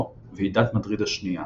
או "ועידת מדריד השנייה".